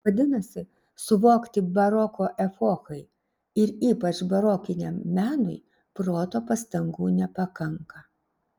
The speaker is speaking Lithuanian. vadinasi suvokti baroko epochai ir ypač barokiniam menui proto pastangų nepakanka